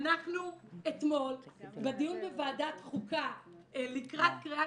אנחנו אתמול בדיון בוועדת חוקה לקראת קריאה